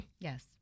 Yes